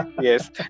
Yes